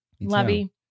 Lovey